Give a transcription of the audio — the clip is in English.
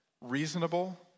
reasonable